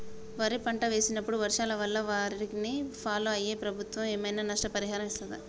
వరి పంట వేసినప్పుడు వర్షాల వల్ల వారిని ఫాలో అయితే ప్రభుత్వం ఏమైనా నష్టపరిహారం ఇస్తదా?